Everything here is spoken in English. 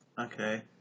Okay